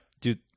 dude